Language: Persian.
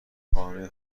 خانه